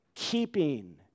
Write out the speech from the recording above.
Keeping